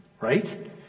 Right